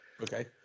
Okay